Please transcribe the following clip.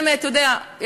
אתה יודע,